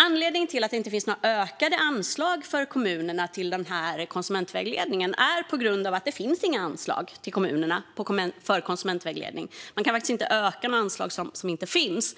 Anledningen till att det inte finns några ökade anslag till kommunerna för konsumentvägledningen är att det inte finns anslag till kommunerna för konsumentvägledning. Man kan inte öka några anslag som inte finns.